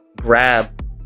grab